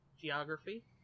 geography